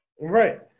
Right